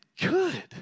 good